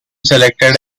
selected